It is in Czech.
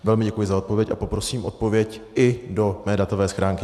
Velmi děkuji za odpověď a poprosím odpověď i do mé datové schránky.